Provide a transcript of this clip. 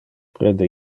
prende